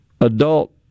adult